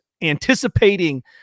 anticipating